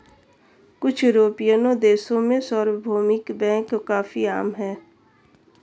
कुछ युरोपियन देशों में सार्वभौमिक बैंक काफी आम हैं